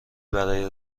برای